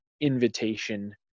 invitation